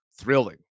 thrilling